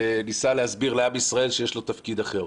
וניסה להסביר לעם ישראל שיש לו תפקיד אחר.